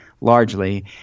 largely